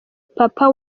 papa